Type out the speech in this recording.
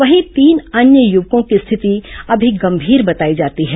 वहीं तीन अन्य युवकों की स्थिति अभी गंभीर बताई जाती है